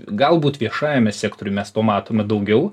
galbūt viešajame sektoriuj mes to matome daugiau